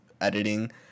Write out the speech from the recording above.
editing